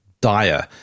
dire